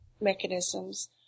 mechanisms